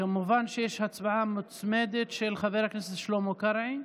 כמובן שיש הצעה מוצמדת של חבר הכנסת שלמה קרעי.